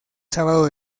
sábado